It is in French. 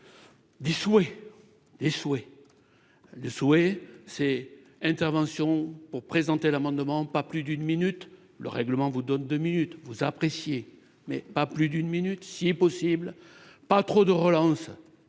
des souhait d'échouer le souhait ses interventions pour présenter l'amendement pas plus d'une minute le règlement vous donne deux minutes vous appréciez mais pas plus d'une minute, si possible pas trop de relance